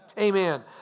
Amen